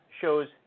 shows